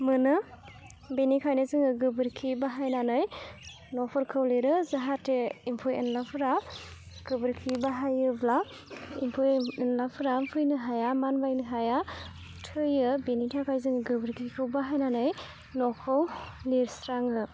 मोनो बेनिखायनो जोङो गोबोरखि बाहायनानै न'फोरखौ लिरो जाहाथे एम्फौ एनलाफोरा गोबोरखि बाहायोब्ला एम्फौ एनलाफोरा फैनो हाया मानबायनो हाया थैयो बिनि थाखाय जों गोबोरखिखौ बाहायनानै न'खौ लिरस्राङो